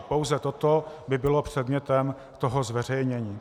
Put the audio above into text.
Pouze toto by bylo předmětem toho zveřejnění.